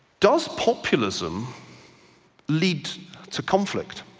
does populism lead to conflict?